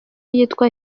yitwa